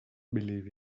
believe